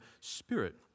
Spirit